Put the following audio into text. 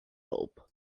bulb